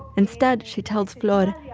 instead, she told flor,